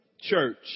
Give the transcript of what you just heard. church